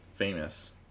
Famous